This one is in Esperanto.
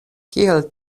kiel